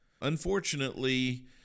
Unfortunately